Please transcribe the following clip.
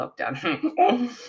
lockdown